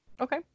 Okay